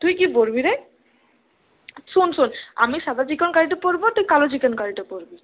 তুই কি পরবি রে শোন শোন আমি সাদা চিকনকারিটা পরবো তুই কালো চিকনকারিটা পরবি